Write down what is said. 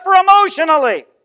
emotionally